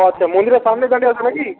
আচ্ছা মন্দিরের সামনে দাঁড়িয়ে আছো নাকি